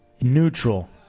Neutral